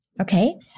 Okay